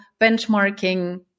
benchmarking